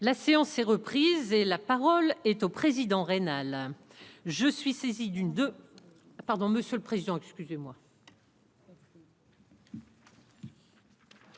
La séance est reprise et la parole est au président rénale je suis saisi d'une de pardon, monsieur le président, excusez-moi.